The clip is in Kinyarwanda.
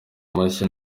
amashyi